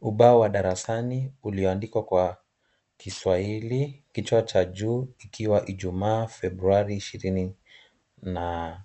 Ubao wa darasani ulioandikwa kwa Kiswahili, kichwa çha juu ikiwa Ijuma Februari ishirini na